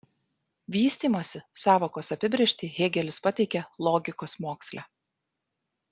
vystymosi sąvokos apibrėžtį hėgelis pateikia logikos moksle